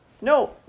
No